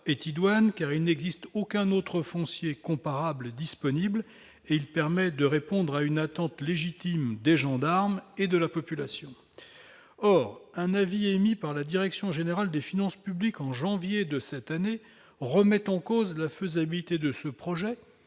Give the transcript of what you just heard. car il n'existe aucun autre foncier comparable disponible et il permet de répondre à une attente légitime des gendarmes et de la population, or un avis émis par la direction générale des finances publiques en janvier de cette année, remettant en cause la faisabilité de ce projet